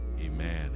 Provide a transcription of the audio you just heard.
Amen